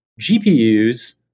GPUs